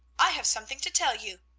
i have something to tell you.